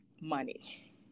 money